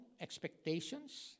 expectations